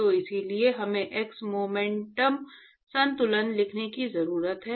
तो इसलिए हमें X मोमेंटम संतुलन लिखने की जरूरत है